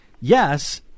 yes